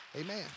Amen